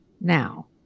now